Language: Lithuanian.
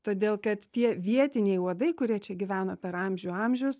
todėl kad tie vietiniai uodai kurie čia gyveno per amžių amžius